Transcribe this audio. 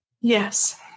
Yes